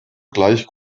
gleich